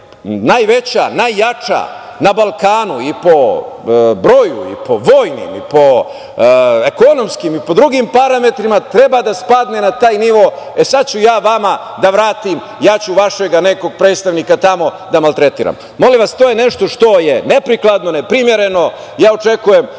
najveća, najjača na Balkanu i po broju i po vojnim i po ekonomskim i po drugim parametrima, treba da spadne na taj nivo – e sad ću ja vama da vratim, ja ću vašega nekog predstavnika tamo da maltretiram. Molim vas, to je nešto što je neprikladno, neprimereno. Ja očekujem